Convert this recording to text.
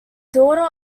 daughter